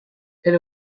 elle